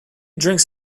drinks